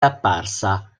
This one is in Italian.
apparsa